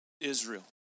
Israel